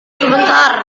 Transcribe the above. sebentar